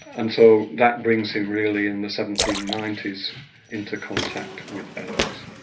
and so that brings him really in the seventeen ninety s into contact with beddowes.